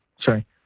Sorry